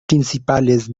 principales